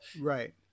Right